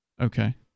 Okay